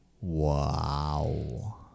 Wow